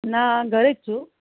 ના ઘરે જ છું